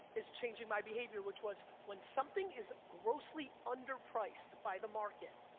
is changing my behavior, which was, when something is grossly underpriced by the market,